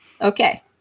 Okay